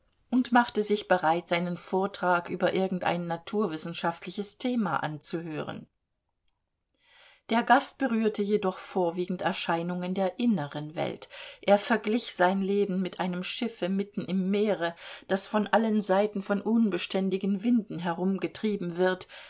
und machte sich bereit seinen vortrag über irgendein naturwissenschaftliches thema anzuhören der gast berührte jedoch vorwiegend erscheinungen der inneren welt er verglich sein leben mit einem schiffe mitten im meere das von allen seiten von unbeständigen winden herumgetrieben wird